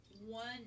one